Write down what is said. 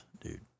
dude